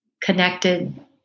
connected